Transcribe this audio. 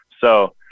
So-